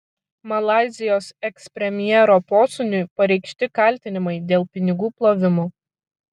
malaizijos ekspremjero posūniui pareikšti kaltinimai dėl pinigų plovimo